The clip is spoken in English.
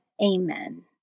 Amen